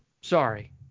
Sorry